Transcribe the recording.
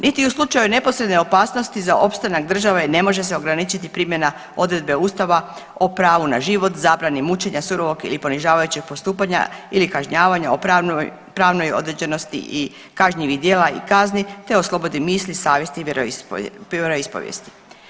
Niti u slučaju neposredne opasnosti za opstanak države ne može se ograničiti primjena odredbe ustava o pravu na život, zabrani mučenja, surovog ili ponižavajućeg postupanja ili kažnjavanja o pravnoj određenosti i kažnjivih djela i kazni, te o slobodi misli, savjesti i vjeroispovjesti.